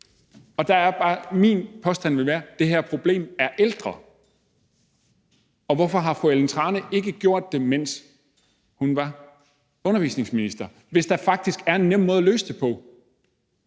det. Der vil min påstand bare være, at det her problem er ældre, og hvorfor har fru Ellen Trane Nørby ikke gjort det, mens hun var undervisningsminister, hvis der faktisk er en nem måde at løse det på?